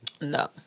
No